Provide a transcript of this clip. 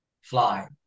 fly